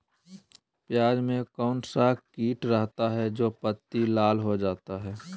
प्याज में कौन सा किट रहता है? जो पत्ती लाल हो जाता हैं